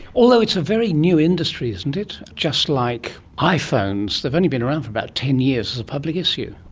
although it's a very new industry, isn't it, just like iphones, they've only been around for about ten years as a public issue.